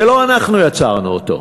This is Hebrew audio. שלא אנחנו יצרנו אותו,